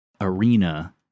arena